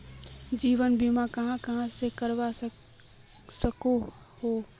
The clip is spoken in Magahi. जीवन बीमा कहाँ कहाँ से करवा सकोहो ही?